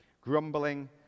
Grumbling